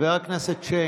חבר הכנסת שיין,